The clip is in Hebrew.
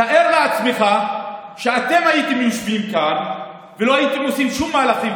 תאר לעצמך שאתם הייתם יושבים כאן ולא הייתם עושים שום מהלכים,